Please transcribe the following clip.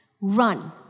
Run